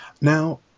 now